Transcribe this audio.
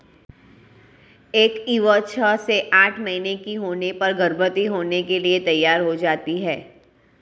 एक ईव छह से आठ महीने की होने पर गर्भवती होने के लिए तैयार हो जाती है